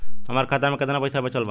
हमरा खाता मे केतना पईसा बचल बा?